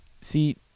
see